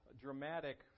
dramatic